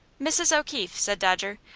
mrs. o'keefe, said dodger,